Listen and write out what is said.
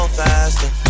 faster